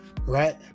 right